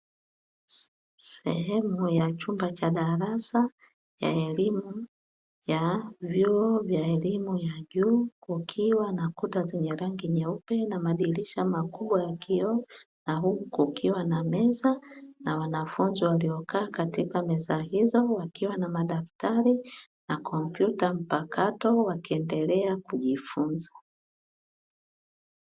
Sehemu ya chumba cha darasa ya elimu ya vyuo vya elimu ya juu, kukiwa na kuta zenye rangi nyeupe na madirisha makubwa ya kioo, na huku kukiwa na meza na wanafunzi waliokaa katika meza hizo, wakiwa na madaftari na kompyuta mpakato wakiendelea kujifunza.